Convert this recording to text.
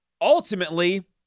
ultimately